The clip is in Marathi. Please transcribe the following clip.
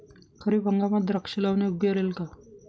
खरीप हंगामात द्राक्षे लावणे योग्य राहिल का?